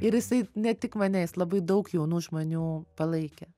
ir jisai ne tik mane jis labai daug jaunų žmonių palaikė